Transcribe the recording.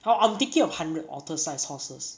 how I'm thinking of hundred otter-sized horses